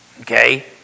Okay